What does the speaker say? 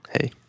hey